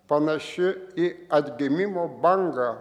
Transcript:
panaši į atgimimo bangą